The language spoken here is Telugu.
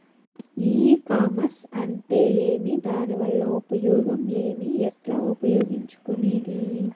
ఈ కామర్స్ అంటే ఏమి దానివల్ల ఉపయోగం ఏమి, ఎట్లా ఉపయోగించుకునేది?